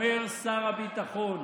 אומר שר הביטחון.